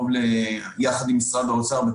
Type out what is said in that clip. יחד עם משרד האוצר,